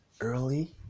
early